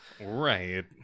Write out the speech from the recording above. Right